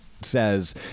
says